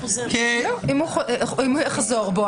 אם הוא יחזור בו,